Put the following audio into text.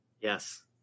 Yes